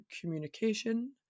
communication